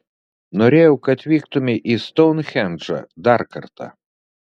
norėjau kad vyktumei į stounhendžą dar kartą